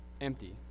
empty